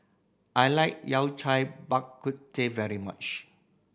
I like Yao Cai Bak Kut Teh very much